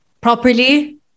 properly